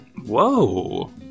Whoa